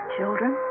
Children